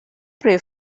pray